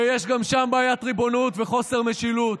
ויש גם שם בעיית ריבונות וחוסר משילות.